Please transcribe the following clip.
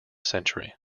century